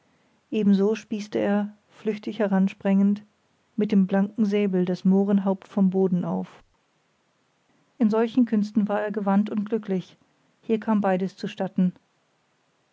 ebenso spießte er flüchtig heransprengend mit dem blanken säbel das mohrenhaupt vom boden auf in allen solchen künsten war er gewandt und glücklich hier kam beides zustatten